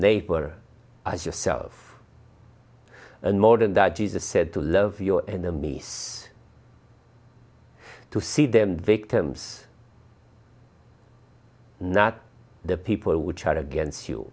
neighbor as yourself and more than that jesus said to love your enemies to see them victims not the people which are against you